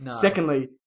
secondly